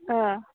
अ